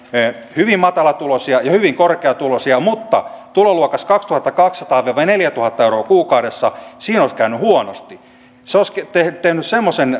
hyvin matalatuloisia ja hyvin korkeatuloisia mutta tuloluokassa kaksituhattakaksisataa viiva neljätuhatta euroa kuukaudessa siinä olisi käynyt huonosti se olisi tehnyt semmoisen